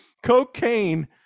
cocaine